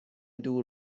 دور